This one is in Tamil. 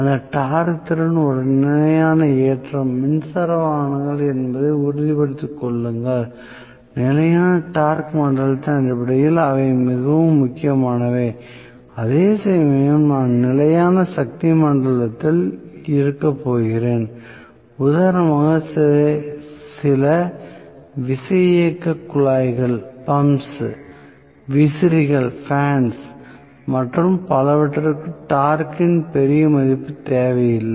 அந்த டார்க் திறன் ஒரு நிலையான ஏற்றம் மின்சார வாகனங்கள் என்பதை உறுதிப்படுத்திக் கொள்ளுங்கள் நிலையான டார்க் மண்டலத்தின் அடிப்படையில் இவை மிகவும் முக்கியமானவை அதேசமயம் நான் நிலையான சக்தி மண்டலத்தில் இருக்கப் போகிறேன் உதாரணமாக சில விசையியக்கக் குழாய்கள் விசிறிகள் மற்றும் பலவற்றிற்கு டார்க்கின் பெரிய மதிப்பு தேவையில்லை